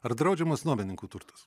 ar draudžiamas nuomininkų turtas